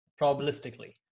probabilistically